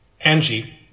Angie